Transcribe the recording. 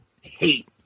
hate